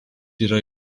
yra